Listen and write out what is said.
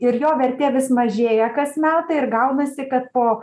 ir jo vertė vis mažėja kas metai ir gaunasi kad po